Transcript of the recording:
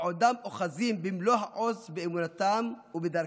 בעודם אוחזים במלוא העוז באמונתם ובדרכם.